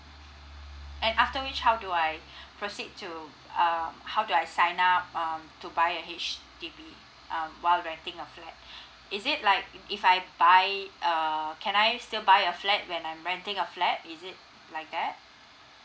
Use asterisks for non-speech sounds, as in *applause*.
and after which how do I proceed to err how do I sign up um to buy a H_D_B um while renting a flat *breath* is it like if I buy err can I still buy a flat when I'm renting a flat is it like that